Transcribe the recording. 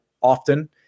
often